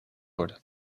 worden